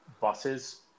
buses